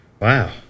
Wow